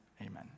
Amen